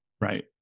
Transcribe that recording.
right